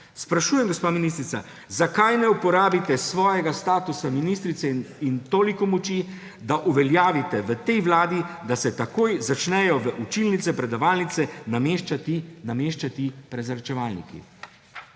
Sprašujem, gospa ministrica: Zakaj ne uporabite svojega statusa ministrice in toliko moči, da uveljavite v tej vladi, da se takoj začnejo v učilnice, v predavalnice nameščati prezračevalniki?